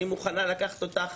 אני מוכנה לקחת אותך